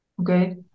Okay